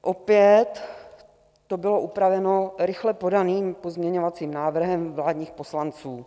Opět to bylo upraveno rychle podaným pozměňovacím návrhem vládních poslanců.